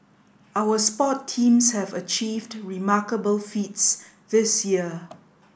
our sport teams have achieved remarkable feats this year